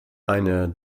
eine